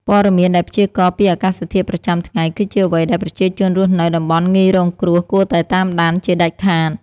ព័ត៌មានដែលព្យាករណ៍ពីអាកាសធាតុប្រចាំថ្ងៃ គឺជាអ្វីដែលប្រជាជនរស់នៅតំបន់ងាយរងគ្រោះគួរតែតាមដានជាដាច់ខាត។